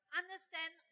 understand